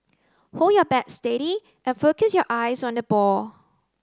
hold your bat steady and focus your eyes on the ball